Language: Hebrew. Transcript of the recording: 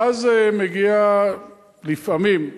ואז מגיע לפעמים,